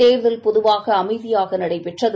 தேர்தல் பொதுவாகஅமைதியாகநடைபெறற்றது